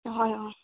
হয় অঁ